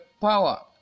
power